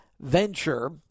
venture